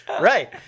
right